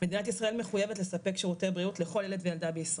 מדינת ישראל מחוייבת לספק שירותי בריאות לכל ילד וילדה בישראל.